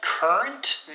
Current